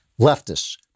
Leftists